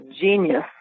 genius